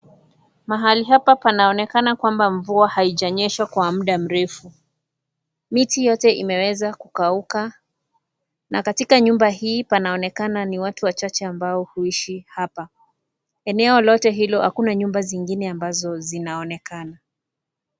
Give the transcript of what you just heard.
Mahali hapa panaonekana kwamba mvua haijanyesha kwa muda mrefu, miti yote imeweza kukauka na katika nyumba hii panaonekana ni watu wachache ambao huishi hapa. Eneo lote hilo hakuna nyumba zingine ambazo zinaonekana.